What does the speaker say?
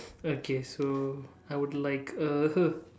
okay so I would like a